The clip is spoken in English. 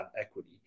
equity